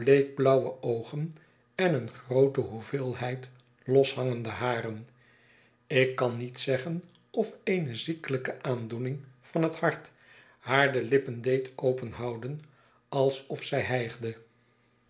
bleekblauwe oogen en eene groote hoeveelheid loshangende haren ik kan niet zeggen of eene ziekelijke aandoening van het hart haar de lippen deed openhouden alsof zij hijgde